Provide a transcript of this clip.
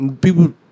People